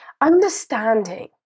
understanding